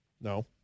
No